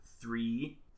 three